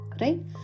right